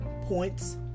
points